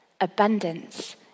abundance